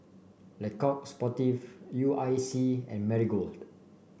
Le Coq Sportif U I C and Marigold